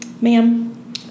ma'am